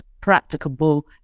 practicable